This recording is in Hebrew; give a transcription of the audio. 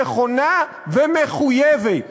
נכונה ומחויבת.